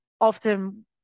often